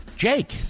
Jake